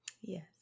Yes